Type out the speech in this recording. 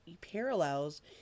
parallels